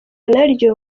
naryo